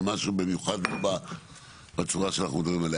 משהו במיוחד בצורה שאנחנו מדברים עליה.